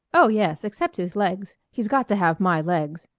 oh, yes, except his legs. he's got to have my legs.